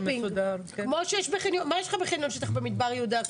מה יש לך בחניון שטח במדבר יהודה?